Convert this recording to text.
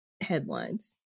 headlines